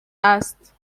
است